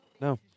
No